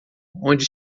onde